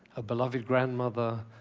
a beloved grandmother,